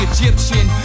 Egyptian